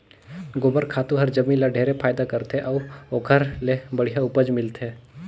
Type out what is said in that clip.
गोबर खातू हर जमीन ल ढेरे फायदा करथे अउ ओखर ले बड़िहा उपज मिलथे